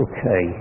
Okay